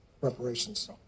reparations